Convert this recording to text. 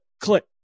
click